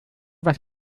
was